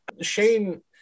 Shane